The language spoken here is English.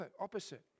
opposite